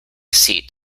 seat